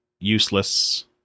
useless